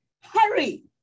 Hurry